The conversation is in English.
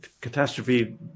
catastrophe